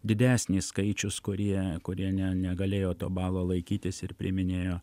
didesnis skaičius kurie kurie ne negalėjo to balo laikytis ir priiminėjo